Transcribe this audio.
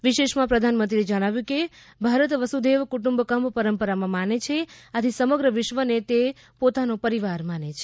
વિશેષમાં પ્રધાનમંત્રીએ જણાવ્યું કે ભારત વસંઘૈવ કુટુંબકમ પરંપરામાં માને છે આથી સમગ્ર વિશ્વને તે પોતાનો પરિવાર માને છે